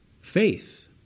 faith